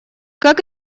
как